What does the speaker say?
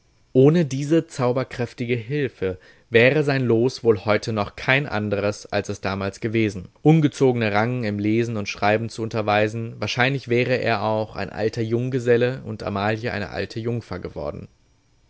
ohne diese zauberkräftige hilfe wäre sein los wohl heute noch kein andres als es damals gewesen ungezogne rangen im lesen und schreiben zu unterweisen wahrscheinlich wäre er auch ein alter junggeselle und amalie eine alte jungfer geworden